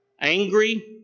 angry